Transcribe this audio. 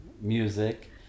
music